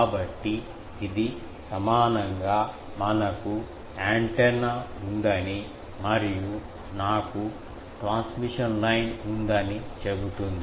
కాబట్టి ఇది సమానంగా మనకు యాంటెన్నా ఉందని మరియు నాకు ట్రాన్స్మిషన్ లైన్ ఉందని చెబుతుంది